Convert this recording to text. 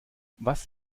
was